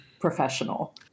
professional